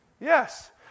Yes